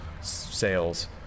sales